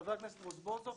וחבר הכנסת רזבוזוב,